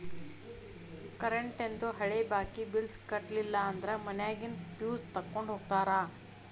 ಕರೆಂಟೇಂದು ಹಳೆ ಬಾಕಿ ಬಿಲ್ಸ್ ಕಟ್ಟಲಿಲ್ಲ ಅಂದ್ರ ಮನ್ಯಾಗಿನ್ ಫ್ಯೂಸ್ ತೊಕ್ಕೊಂಡ್ ಹೋಗ್ತಾರಾ